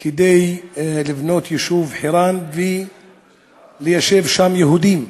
כדי לבנות את היישוב חירן וליישב שם יהודים.